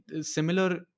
similar